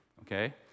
okay